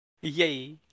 Yay